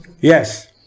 Yes